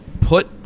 put